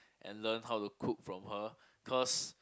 and learn how to cook from her cause